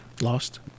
Lost